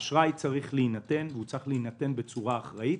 אשראי צריך להינתן והוא צריך להינתן בצורה אחראית.